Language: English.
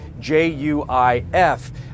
JUIF